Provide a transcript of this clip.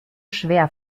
schwer